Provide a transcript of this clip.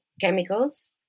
chemicals